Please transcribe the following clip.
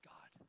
God